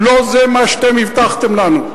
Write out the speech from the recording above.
לא זה מה שאתם הבטחתם לנו.